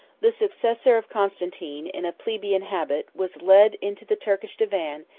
the successor of constantine, in a plebeian habit, was led into the turkish divan,